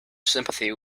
sympathy